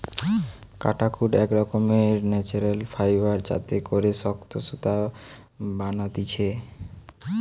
কাটাকুট এক রকমের ন্যাচারাল ফাইবার যাতে করে শক্ত সুতা বানাতিছে